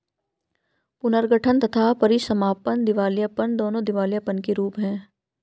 पुनर्गठन तथा परीसमापन दिवालियापन, दोनों दिवालियापन के रूप हैं